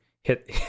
hit